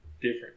different